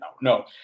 no